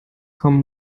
kommen